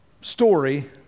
story